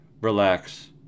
relax